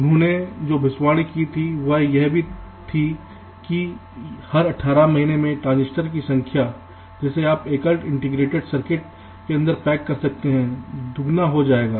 उन्होंने जो भविष्यवाणी की थी वह यह थी कि हर अठारह महीनों में ट्रांजिस्टर की संख्या जिसे आप एकल इंटीग्रेटेड सर्किट के अंदर पैक कर सकते हैं दोगुना हो जाएगा